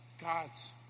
God's